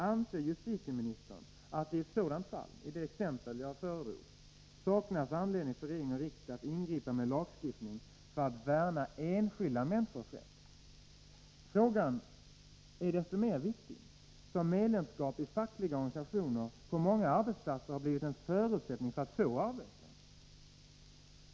Anser justitieministern att det i ett fall som det jag nämnde saknas anledning för regering och riksdag att ingripa med lagstiftning för att värna enskilda människors rätt? Frågan är desto mer viktig som medlemskap i facklig organisation på många arbetsplatser blivit en förutsättning för att få arbete.